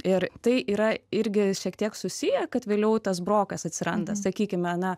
ir tai yra irgi šiek tiek susiję kad vėliau tas brokas atsiranda sakykime na